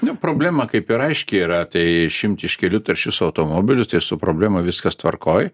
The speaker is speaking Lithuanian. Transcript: nu problema kaip ir aiškiai yra tai išimti iš kelių taršius automobilius su problema viskas tvarkoj